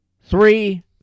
three